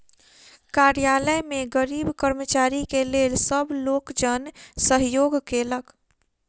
कार्यालय में गरीब कर्मचारी के लेल सब लोकजन सहयोग केलक